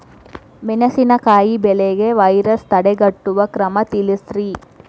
ಮೆಣಸಿನಕಾಯಿ ಬೆಳೆಗೆ ವೈರಸ್ ತಡೆಗಟ್ಟುವ ಕ್ರಮ ತಿಳಸ್ರಿ